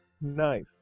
Nice